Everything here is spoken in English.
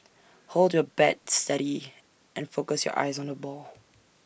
hold your bat steady and focus your eyes on the ball